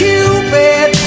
Cupid